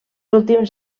últims